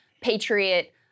patriot